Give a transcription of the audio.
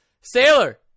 sailor